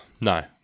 No